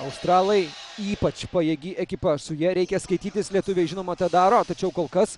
australai ypač pajėgi ekipa su ja reikia skaitytis lietuviai žinoma tą daro tačiau kol kas